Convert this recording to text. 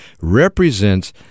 represents